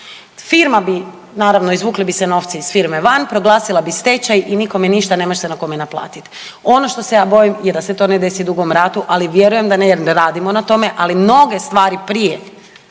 firma bi naravno izvukli bi se novci iz firme van, proglasila bi stečaj i nikome ništa, nemaš se na kome naplatiti. Ono što se ja bojim je da se to ne desi Dugom Ratu ali vjerujem da ne jer radimo na tome, ali mnoge stvari prije